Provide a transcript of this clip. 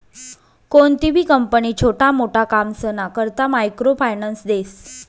कोणतीबी कंपनी छोटा मोटा कामसना करता मायक्रो फायनान्स देस